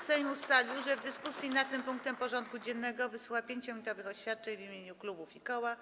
Sejm ustalił, że w dyskusji nad tym punktem porządku dziennego wysłucha 5-minutowych oświadczeń w imieniu klubów i koła.